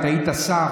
אתה היית שר,